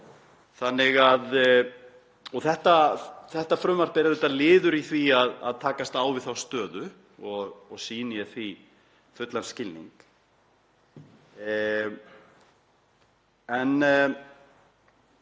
þannig að þetta frumvarp er auðvitað liður í því að takast á við þá stöðu og sýni ég því fullan skilning. En